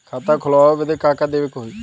खाता खोलावे बदी का का देवे के होइ?